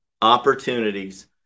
opportunities